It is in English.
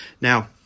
Now